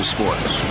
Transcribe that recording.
Sports